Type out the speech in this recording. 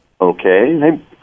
Okay